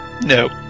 No